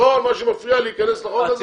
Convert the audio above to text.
כל מה שמפריע לי ייכנס לחוק הזה.